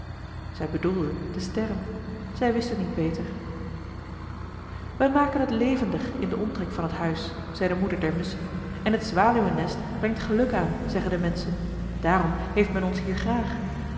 zij bedoelde de sterren zij wist het niet beter wij maken het levendig in den omtrek van het huis zei de moeder der musschen en het zwaluwennest brengt geluk aan zeggen de menschen daarom heeft men ons hier graag